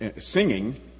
singing